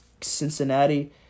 Cincinnati